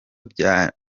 bya